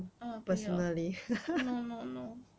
ah 不要 no no no